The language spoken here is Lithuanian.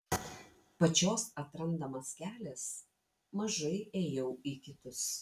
pačios atrandamas kelias mažai ėjau į kitus